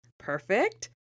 Perfect